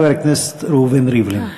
חבר הכנסת ראובן ריבלין.